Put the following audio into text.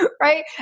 right